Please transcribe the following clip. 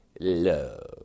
love